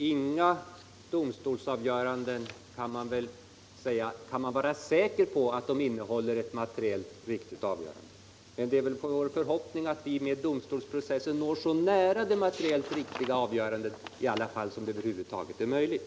Herr talman! Inte beträffande några domstolsavgöranden kan man vara säker på att de innehåller ett materiellt sett riktigt avgörande, men det är i alla fall en förhoppning att vi med domstolsprocessen når så nära det materiellt riktiga avgörandet som det över huvud taget är möjligt.